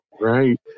Right